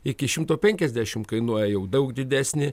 iki šimto penkiasdešimt kainuoja jau daug didesnį